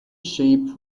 tape